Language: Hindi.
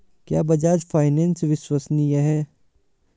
क्या बजाज फाइनेंस विश्वसनीय है?